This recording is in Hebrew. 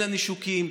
נישוקים.